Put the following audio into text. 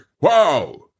Wow